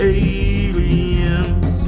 aliens